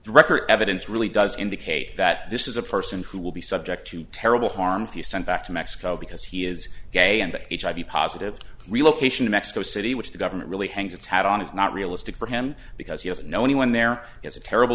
wrecker evidence really does indicate that this is a person who will be subject to terrible harm if you sent back to mexico because he is gay and that hiv positive relocation to mexico city which the government really hang its hat on is not realistic for him because he doesn't know anyone there is a terrible